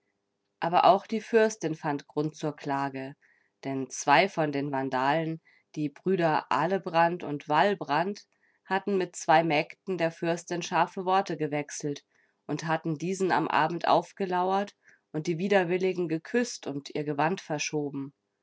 aber auch die fürstin fand grund zur klage denn zwei von den vandalen die brüder alebrand und walbrand hatten mit zwei mägden der fürstin scharfe worte gewechselt und hatten diesen am abend aufgelauert und die widerwilligen geküßt und ihr gewand verschoben